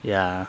ya